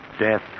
Death